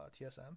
TSM